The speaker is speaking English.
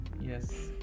Yes